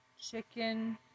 Chicken